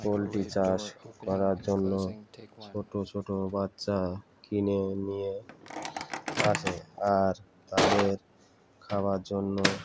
poultry চাষ করার জন্য ছোট ছোট বাচ্চা কিনে নিয়ে আসে আর তাদের খাবার জন্য